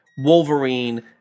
Wolverine